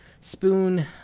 Spoon